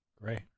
great